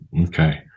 Okay